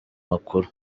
makuru